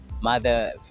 mother